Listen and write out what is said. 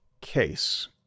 case